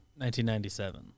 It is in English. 1997